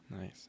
Nice